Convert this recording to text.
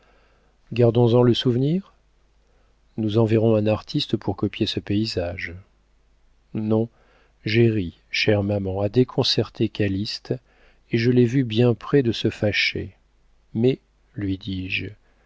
répondant gardons en le souvenir nous enverrons un artiste pour copier ce paysage non j'ai ri chère maman à déconcerter calyste et je l'ai vu bien près de se fâcher mais lui dis-je